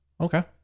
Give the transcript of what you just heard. Okay